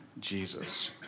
Jesus